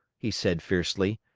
he said fiercely.